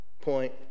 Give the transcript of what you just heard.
point